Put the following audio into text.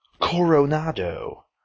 Coronado